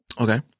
Okay